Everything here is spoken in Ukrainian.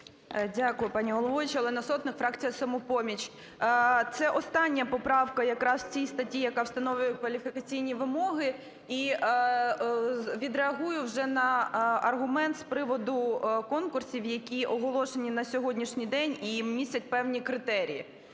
Дякую, пані головуюча. Олена Сотник, фракція "Самопоміч". Це остання поправка якраз в цій статті, яка встановлює кваліфікаційні вимоги. І відреагую вже на аргумент з приводу конкурсів, які оголошені на сьогоднішній день і містять певні критерії.